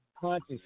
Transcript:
conscious